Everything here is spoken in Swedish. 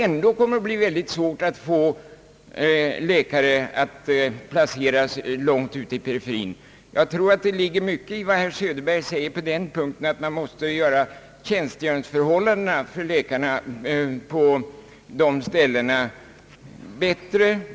ändå kommer det nog att bli svårt att få läkare långt ute i periferin. Jag tror att det ligger mycket i vad herr Söderberg säger på den punkten, nämligen att man måste göra tjänstgöringsförhållandena på «dessa ställen bättre.